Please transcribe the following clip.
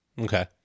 Okay